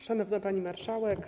Szanowna Pani Marszałek!